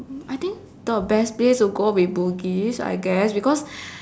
I think the best place to go will be Bugis I guess because